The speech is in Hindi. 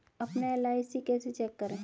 अपना एल.आई.सी कैसे चेक करें?